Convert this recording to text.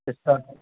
से सब